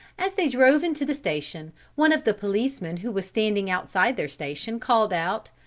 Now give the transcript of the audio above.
as they drove into the station one of the policemen who was standing outside their station called out,